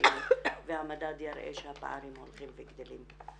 אפילו והמדד יראה שהפערים הולכים וגדלים.